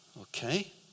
Okay